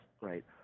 right